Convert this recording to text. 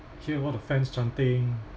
hear all the fans chanting